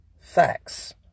facts